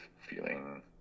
feeling